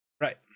Right